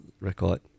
record